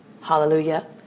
hallelujah